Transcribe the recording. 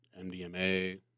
MDMA